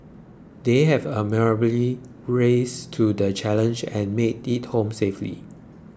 they have admirably risen to the challenge and made it home safely